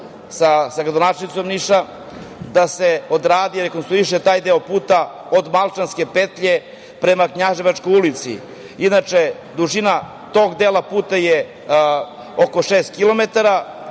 sa gradonačelnicom Niša, da se rekonstruiše taj deo puta od Malčanske petlje prema Knjaževačkoj ulici? Inače, dužina tog dela puta je oko šest kilometara.